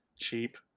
cheap